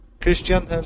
Christian